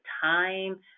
time